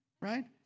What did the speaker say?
right